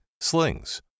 slings